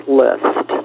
list